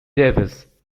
davis